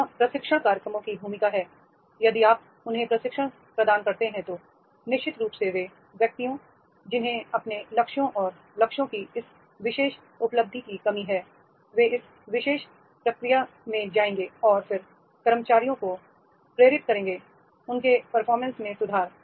यहां प्रशिक्षण कार्यक्रमो की भूमिका है यदि आप उन्हें प्रशिक्षण प्रदान करते हैं तो निश्चित रूप से वे व्यक्तियों जिन्हें अपने लक्ष्यों और लक्ष्यों की इस विशेष उपलब्धि की कमी है वे इस विशेष प्रक्रिया में जाएंगे और फिर कर्मचारियों को प्रेरित करेंगे उनके परफॉर्मेंस में सुधार